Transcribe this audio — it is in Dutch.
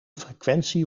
frequentie